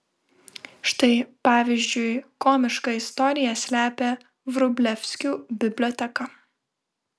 štai pavyzdžiui komišką istoriją slepia vrublevskių biblioteka